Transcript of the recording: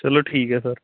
ਚਲੋ ਠੀਕ ਹੈ ਸਰ